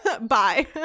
Bye